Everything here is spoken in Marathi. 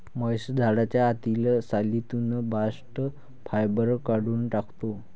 महेश झाडाच्या आतील सालीतून बास्ट फायबर काढून टाकतो